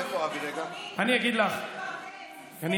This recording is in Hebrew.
גם פסק הדין שאפשר למקבלי ביטוח לאומי להחזיק מכונית ולהתפרנס.